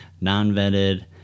non-vented